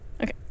Okay